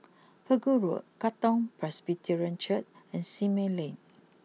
Pegu Road Katong Presbyterian Church and Simei Lane